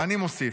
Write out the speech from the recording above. ואני מוסיף,